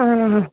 ആ ആ